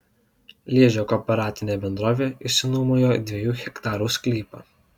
liežio kooperatinė bendrovė išsinuomojo dviejų hektarų sklypą